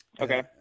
Okay